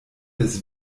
des